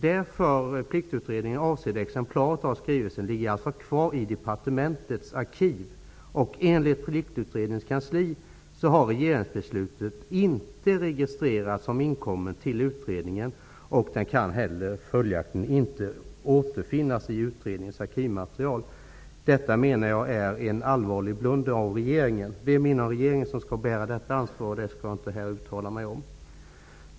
Det för Pliktutredningen avsedda exemplaret av skrivelsen ligger kvar i departementets arkiv. Enligt Pliktutredningens kansli har regeringsbeslutet inte registrerats som inkommet till utredningen, och den kan följaktligen inte heller återfinnas i utredningens arkivmaterial. Detta menar jag är en allvarlig blunder av regeringen. Vem som inom regeringen skall bära detta ansvar skall jag inte här uttala mig om.